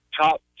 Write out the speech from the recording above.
top